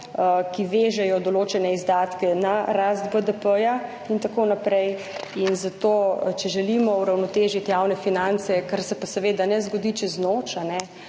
ki vežejo določene izdatke na rast BDP in tako naprej. Zato če želimo uravnotežiti javne finance, kar se pa seveda ne zgodi čez noč,